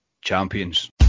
Champions